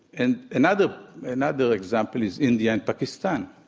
and another another example is india and pakistan.